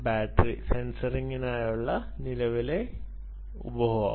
9 volt battery സെൻസറിനായുള്ള നിലവിലെ ഉപഭോഗം